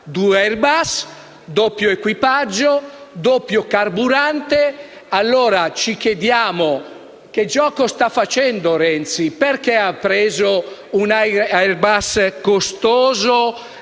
due airbus, doppio equipaggio e doppio carburante. Ora ci chiediamo: che gioco sta facendo Renzi? Perché ha preso un Airbus costoso,